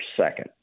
second